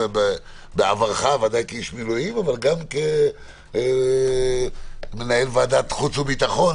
גם בעברך כאיש מילואים וגם כמנהל ועדת חוץ וביטחון,